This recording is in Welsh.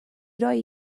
roi